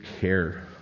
care